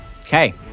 Okay